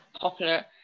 popular